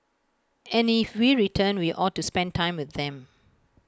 and if we return we ought to spend time with them